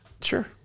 Sure